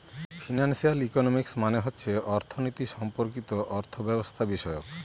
financial economics মানে হচ্ছে অর্থনীতি সম্পর্কিত অর্থব্যবস্থাবিষয়ক